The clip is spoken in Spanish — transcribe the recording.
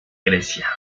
grecia